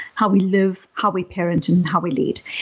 how we live, how we parent and and how we lead.